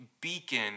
beacon